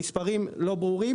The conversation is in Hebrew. המספרים שנתת לא ברורים,